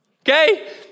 okay